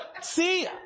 See